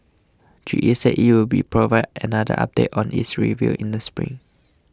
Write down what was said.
G E said it will provide another update on its review in the spring